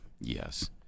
Yes